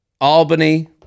Albany